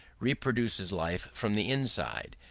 reproduces life from the inside,